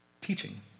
teaching